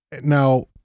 now